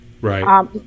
Right